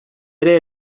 ere